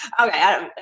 Okay